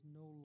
no